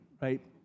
right